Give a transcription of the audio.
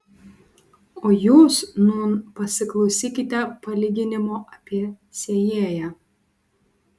o jūs nūn pasiklausykite palyginimo apie sėjėją